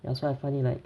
that's why I find it like